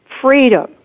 freedom